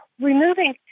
removing